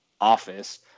office